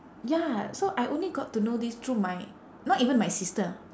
ya so I only got to know this through my not even my sister